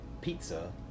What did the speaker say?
pizza